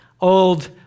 old